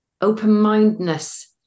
Open-mindedness